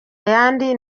yandi